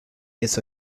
its